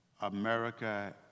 America